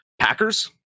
Packers